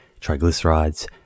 triglycerides